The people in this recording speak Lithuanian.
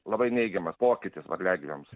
labai neigiamas pokytis varliagyviams